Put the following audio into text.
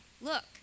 look